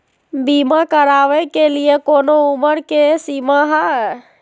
बीमा करावे के लिए कोनो उमर के सीमा है?